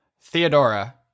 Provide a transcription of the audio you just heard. theodora